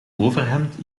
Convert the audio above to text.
overhemd